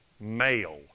male